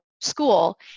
school